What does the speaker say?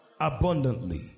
abundantly